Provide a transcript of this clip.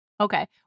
Okay